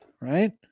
Right